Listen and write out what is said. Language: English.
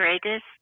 greatest